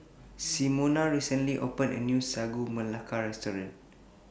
Simona recently opened A New Sagu Melaka Restaurant